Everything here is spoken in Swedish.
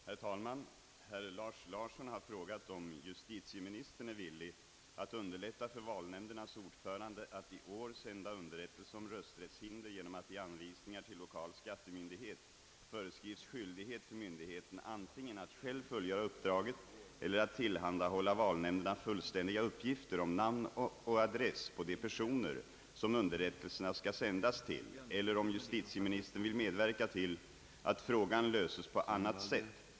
Herr talman! Herr Lars Larsson har frågat om justitieministern är villig att underlätta för valnämndernas ordförande att i år sända underrättelse om rösträttshinder genom att i anvisningar till lokal skattemyndighet föreskrivs skyldighet för myndigheten antingen att själv fullgöra uppdraget eller att tillhandahålla valnämnderna fullständiga uppgifter om namn och adress på de personer som underrättelserna skall sändas till eller om justitieministern vill medverka till att frågan löses på annat sätt.